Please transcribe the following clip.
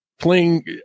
Playing